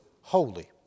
holy